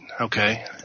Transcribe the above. Okay